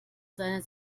seine